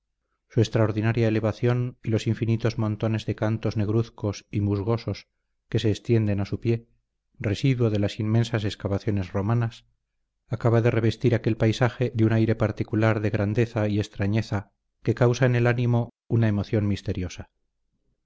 su extraordinaria elevación y los infinitos montones de cantos negruzcos y musgosos que se extienden a su pie residuo de las inmensas excavaciones romanas acaba de revestir aquel paisaje de un aire particular de grandeza y extrañeza que causa en el ánimo una emoción misteriosa